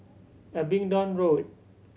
Abingdon Road